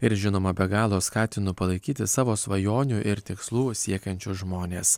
ir žinoma be galo skatinu palaikyti savo svajonių ir tikslų siekiančius žmones